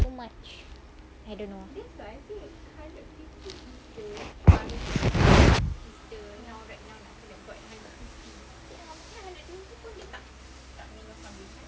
too much I don't know